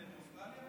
בדרך מאוסטרליה?